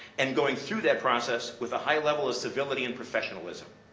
and going through that process with a high level of civility and professionalism.